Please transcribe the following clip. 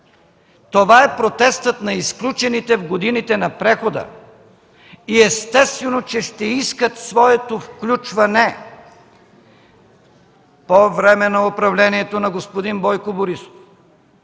Това е протестът на изключените в годините на прехода и естествено, че ще искат своето включване. По време на управлението на господин Бойко Борисов